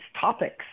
topics